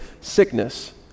sickness